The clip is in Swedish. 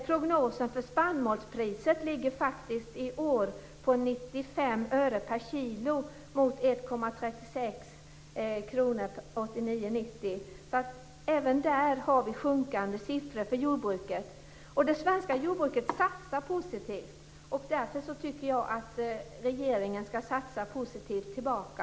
Prognosen för spannmålspriset ligger faktiskt i år på 95 öre per kilo mot 1,36 kr 1989-1990. Även där är siffrorna för jordbruket sjunkande. Det svenska jordbruket satsar positivt, och därför tycker jag att regeringen skall satsa positivt tillbaka.